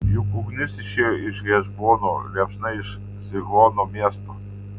juk ugnis išėjo iš hešbono liepsna iš sihono miesto